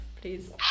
please